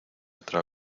otra